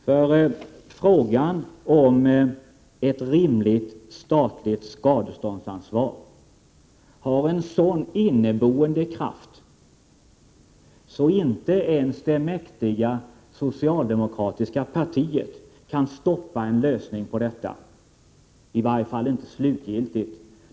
För frågan om ett rimligt statligt skadeståndsansvar har en sådan inneboende kraft att inte ens det mäktiga socialdemokratiska partiet kan stoppa en lösning, i varje fall inte slutgiltigt.